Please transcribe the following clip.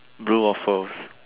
blue waffles